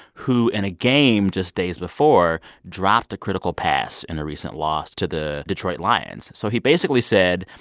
who, in a game just days before, dropped a critical pass in a recent loss to the detroit lions. so he basically said,